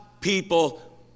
people